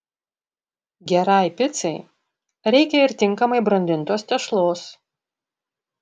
gerai picai reikia ir tinkamai brandintos tešlos